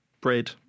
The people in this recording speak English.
bread